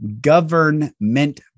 government